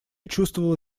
чувствовала